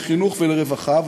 לחינוך ולרווחה,